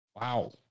wow